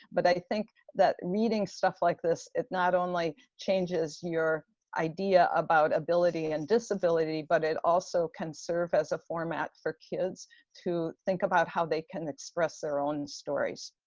but i think that reading stuff like this, it not only changes your idea about ability and disability, but it also can serve as a format for kids to think about how they can express their own stories.